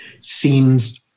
seems